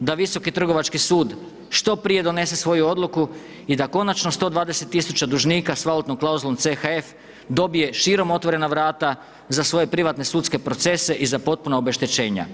da Visoki trgovački sud što prije donese svoju odluku i da konačno 120 000 dužnika s valutnom klauzulom CHF dobije širom otvorena vrata za svoje privatne sudske procese i za potpuna obeštećenja.